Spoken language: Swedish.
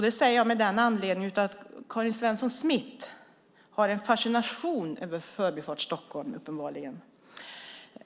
Det säger jag med anledning av att Karin Svensson Smith uppenbarligen har en fascination för Förbifart Stockholm.